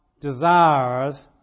desires